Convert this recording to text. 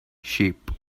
sheep